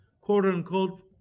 quote-unquote